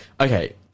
Okay